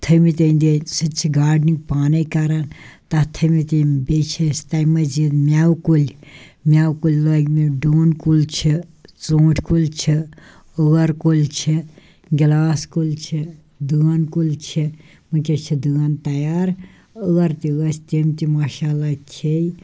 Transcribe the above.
تھٲیمٕتۍ أنٛدۍ أنٛدۍ سُہ تہِ چھِ گاڈنِنٛگ پانَے کران تَتھ تھٲیمٕتۍ یِم بیٚیہِ چھِ أسۍ تَمہِ مٔزیٖد مٮ۪وٕ کُلۍ مٮ۪وٕ کُلۍ لٲگۍمٕتۍ ڈوٗن کُل چھِ ژوٗنٛٹھۍ کُلۍ چھِ ٲر کُلۍ چھِ گِلاس کُلۍ چھِ دٲن کُل چھِ وٕنۍکٮ۪س چھِ دٲن تیار ٲر تہِ ٲسۍ تِم تہِ ماشاء اللہ کھے